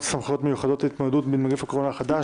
סמכויות מיוחדות להתמודדות עם נגיף הקורונה החדש,